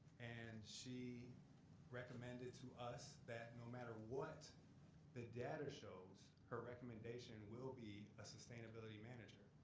and she recommended to us that no matter what the data shows her recommendation will be a sustainability manager